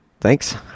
thanks